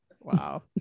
wow